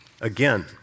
Again